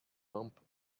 bump